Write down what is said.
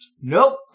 Nope